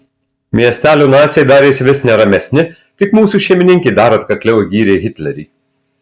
miestelio naciai darėsi vis neramesni tik mūsų šeimininkė dar atkakliau gyrė hitlerį